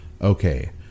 Okay